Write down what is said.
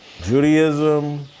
Judaism